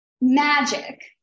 magic